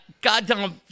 goddamn